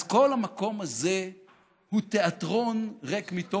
אז כל המקום הזה הוא תיאטרון ריק מתוכן,